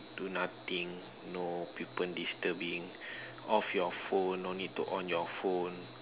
do nothing no people disturbing off your phone no need to on your phone